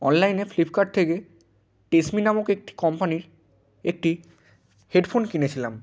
অনলাইনে ফ্লিপকার্ট থেকে S B নামক একটি কোম্পানির একটি হেডফোন কিনেছিলাম